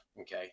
okay